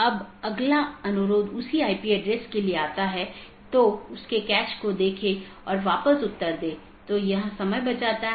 विशेषता का संयोजन सर्वोत्तम पथ का चयन करने के लिए उपयोग किया जाता है